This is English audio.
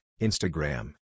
Instagram